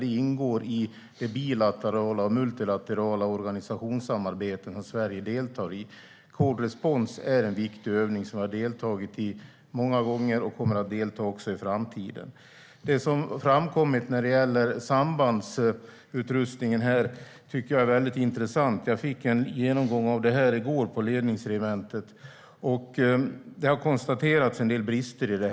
Det ingår i de bilaterala och multilaterala organisationssamarbeten som Sverige deltar i. Cold Response är en viktig övning som vi deltagit i många gånger, och vi kommer även att delta i den i framtiden. Det som framkommit vad gäller sambandsutrustningen tycker jag är intressant. Jag fick en genomgång av det i går på Ledningsregementet, och man har konstaterat en del brister.